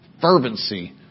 fervency